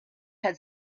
had